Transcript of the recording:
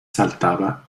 saltaba